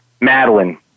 Madeline